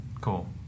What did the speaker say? cool